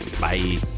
Bye